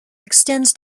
extends